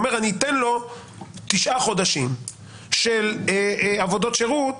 והוא אומר שהוא ייתן לו תשעה חודשים של עבודות שירות